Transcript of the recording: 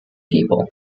people